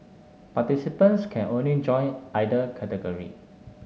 participants can only join either category